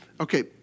Okay